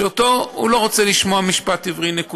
שלא רוצה לשמוע משפט עברי, נקודה.